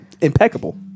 impeccable